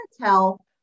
tell